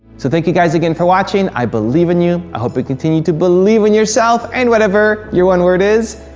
so thank you guys again for watching, i believe in you, i hope you continue to believe in yourself and whatever your one word is,